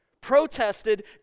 protested